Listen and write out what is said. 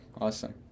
awesome